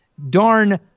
darn